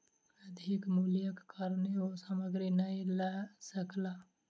अधिक मूल्यक कारणेँ ओ सामग्री नै लअ सकला